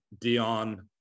Dion